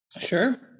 Sure